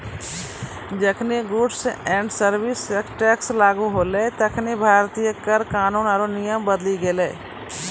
जखनि goods and service tax लागू होलै तखनि भारतीय कर कानून आरु नियम बदली गेलै